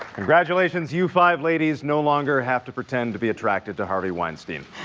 congratulations. you five ladies no longer have to pretend to be attracted to harvey weinstein